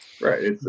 right